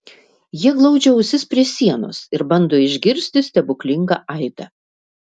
jie glaudžia ausis prie sienos ir bando išgirsti stebuklingą aidą